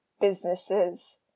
businesses